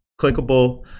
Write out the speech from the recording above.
clickable